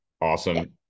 awesome